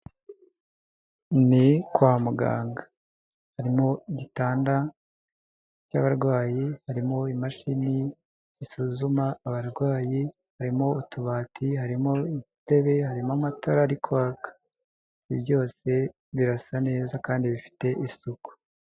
Ni kwa muganga harimo igitanda cy'abarwayi harimo imashini zisuzuma abarwayi harimo utubati harimo udutebe harimo amatara ari kwaka ibi byose birasa neza kandi bifite isuku.